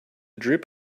drip